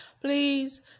Please